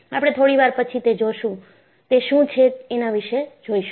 આપણે થોડી વાર પછી તે શું છે એના વિશે જોઈશું